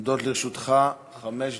עומדות לרשותך חמש דקות.